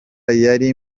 yari